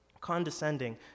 condescending